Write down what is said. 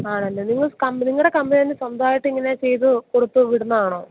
ആണല്ലേ നിങ്ങൾ കമ്പനി നിങ്ങളുടെ കമ്പനി തന്നെ സ്വന്തമായിട്ടിങ്ങനെ ചെയ്ത് കൊടുത്ത് വിടുന്നതാണോ